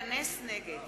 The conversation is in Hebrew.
נגד